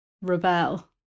rebel